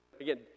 Again